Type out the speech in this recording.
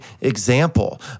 example